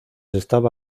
estaba